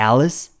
Alice